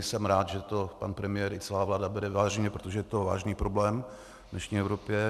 Jsem rád, že to pan premiér i celá vláda bere vážně, protože je to vážný problém v dnešní Evropě.